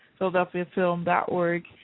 PhiladelphiaFilm.org